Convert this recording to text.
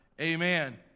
Amen